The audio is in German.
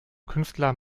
künstler